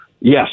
Yes